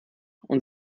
und